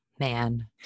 Man